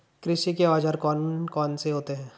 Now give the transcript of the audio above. कृषि के औजार कौन कौन से होते हैं?